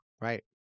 Right